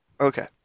Okay